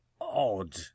odd